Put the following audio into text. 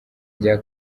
rya